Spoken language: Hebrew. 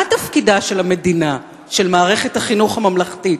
מה תפקידה של המדינה, של מערכת החינוך הממלכתית?